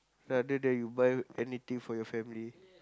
rather than you buy anything for your family